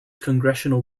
congressional